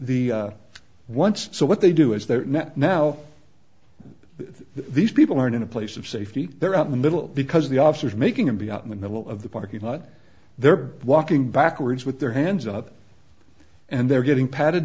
the once so what they do is they're not now these people aren't in a place of safety they're out in the middle because the officers making him be out in the middle of the parking lot they're walking backwards with their hands up and they're getting pa